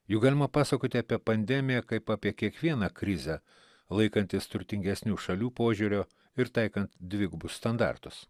juk galima pasakoti apie pandemiją kaip apie kiekvieną krizę laikantis turtingesnių šalių požiūrio ir taikant dvigubus standartus